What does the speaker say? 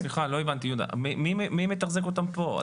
לא הבנתי, מי מתחזק אותם פה?